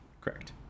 Correct